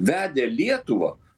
vedė lietuvą